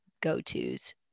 go-tos